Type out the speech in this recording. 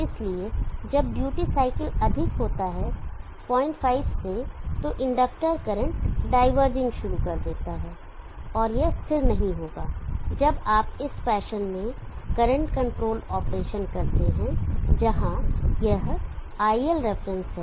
इसलिए जब duty cycle अधिक होता है पॉइंट 05 point 05 से तो इंडक्टर करंट डायवर्जिंग शुरू कर देगा और यह स्थिर नहीं होगा जब आप इस फैशन में करंट कंट्रोल्ड ऑपरेशन करते हैं जहां यह iL रिफरेंस है